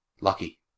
Lucky